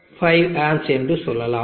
5 amps என்று சொல்லலாம்